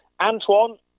Antoine